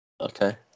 Okay